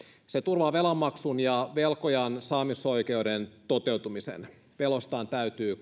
se turvaa velanmaksun ja velkojan saamisoikeuden toteutumisen veloistaan täytyy